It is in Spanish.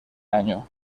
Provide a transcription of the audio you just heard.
año